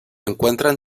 encuentran